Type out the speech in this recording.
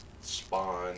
Spawn